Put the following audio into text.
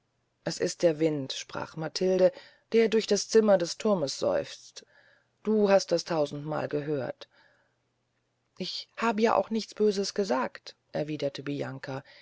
es ist der wind sprach matilde der durch die zinnen des thurmes seufzt du hast das tausendmal gehört ich habe ja auch nichts böses gesagt erwiederte bianca